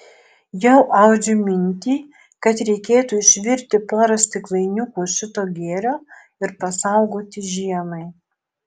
jau audžiu mintį kad reikėtų išvirti porą stiklainiukų šito gėrio ir pasaugoti žiemai